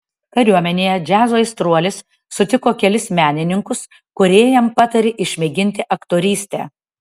kariuomenėje džiazo aistruolis sutiko kelis menininkus kurie jam patarė išmėginti aktorystę